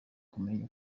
kumenya